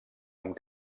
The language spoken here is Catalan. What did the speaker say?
amb